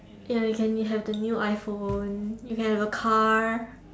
ya you can you have the new iPhone you can have a car